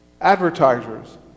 advertisers